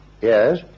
Yes